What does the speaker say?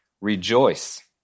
Rejoice